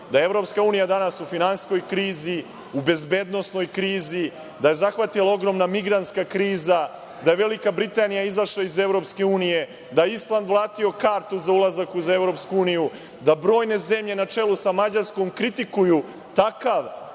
da je Evropska unija danas u finansijskoj krizi, u bezbednosnoj krizi, da je zahvatila ogromna migrantska kriza, da je Velika Britanija izašla iz EU, da je Island vratio kartu za ulazak u EU, da brojne zemlje, na čelu sa Mađarskom, kritikuju takav